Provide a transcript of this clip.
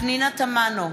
פנינה תמנו,